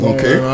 Okay